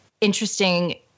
interesting